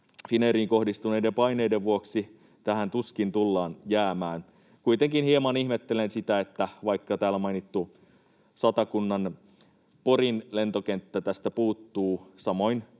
Finnairiin kohdistuneiden paineiden vuoksi tähän tuskin tullaan jäämään. Kuitenkin hieman ihmettelen sitä, että vaikka täällä mainittu Satakunnan Porin lentokenttä tästä puuttuu, samoin